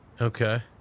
Okay